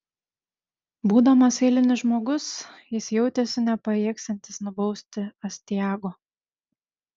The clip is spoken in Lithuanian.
būdamas eilinis žmogus jis jautėsi nepajėgsiantis nubausti astiago